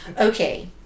Okay